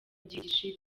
gishize